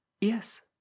Yes